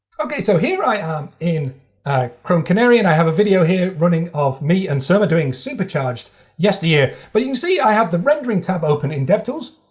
ok. so here i am in chrome canary. and i have a video here running of me and surma doing supercharged yesteryear. but you can see i have the rendering tab open in devtools.